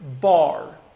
Bar